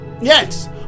Yes